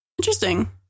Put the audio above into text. interesting